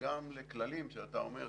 וגם לכללים שאתה אומר,